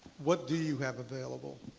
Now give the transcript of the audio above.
what do you have available?